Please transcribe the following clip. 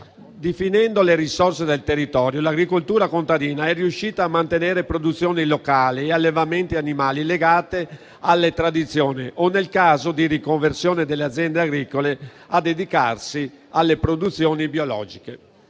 Definendo le risorse del territorio, l'agricoltura contadina è riuscita a mantenere produzioni locali e allevamenti animali legati alle tradizioni o, nel caso di riconversione delle aziende agricole, a dedicarsi alle produzioni biologiche.